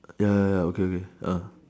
ya ya ya okay okay uh